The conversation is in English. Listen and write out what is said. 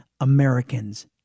Americans